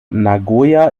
nagoya